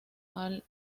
all